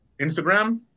Instagram